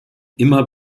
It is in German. immer